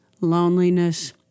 Loneliness